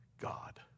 God